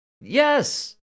Yes